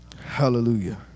hallelujah